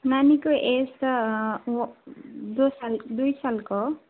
नानीको एज त दो साल दुई सालको हो